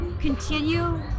continue